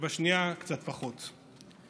ובשנייה קצת פחות.